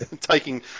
taking